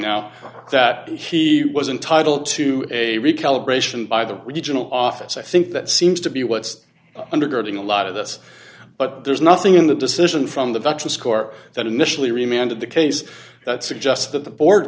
now that he was entitle to a recalibration by the regional office i think that seems to be what's undergirding a lot of this but there's nothing in the decision from the duchesse court that initially remanded the case that suggests that the board